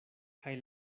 kaj